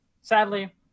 Sadly